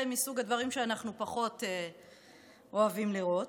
אלה מסוג הדברים שאנחנו פחות אוהבים לראות.